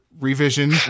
revision